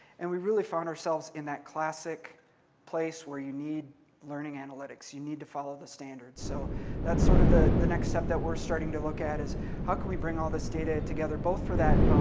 and we really found ourselves in that classic place where you need learning analytics, you need to follow the standards. so that's sort of the the next step that we're starting to look at. how can we bring all this data together, both for that